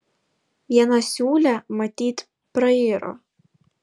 viena siūlė matyt prairo